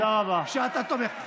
שאתה תומך.